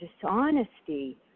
dishonesty